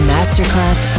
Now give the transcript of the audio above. Masterclass